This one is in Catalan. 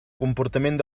comportament